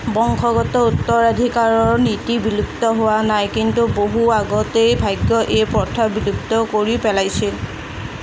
বংশগত উত্তৰাধিকাৰৰ নীতি বিলুপ্ত হোৱা নাই কিন্তু বহু আগতেই ভাগ্যই এই প্ৰথা বিলুপ্ত কৰি পেলাইছিল